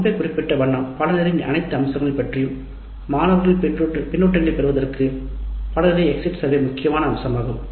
முன்பே நாம் கூறிய வண்ணம் எக்ஸிட் சர்வே பாடத்தின் அனைத்து அம்சங்களையும் பற்றி மாணவர்களின் கருத்துக்களை பெறுவதற்கு முக்கியமான அம்சமாகும்